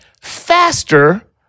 faster